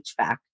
HVAC